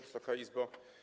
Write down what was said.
Wysoka Izbo!